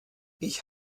ich